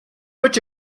put